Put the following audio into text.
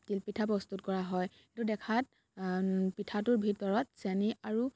তিলপিঠা প্ৰস্তুত কৰা হয় তো দেখাত পিঠাটোৰ ভিতৰত চেনি আৰু